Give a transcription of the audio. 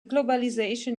globalization